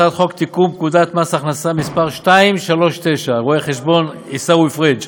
הצעת חוק לתיקון פקודת מס הכנסה (מס' 239) רואה החשבון עיסאווי פריג'